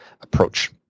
approach